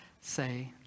say